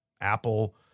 Apple